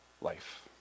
life